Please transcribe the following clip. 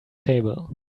table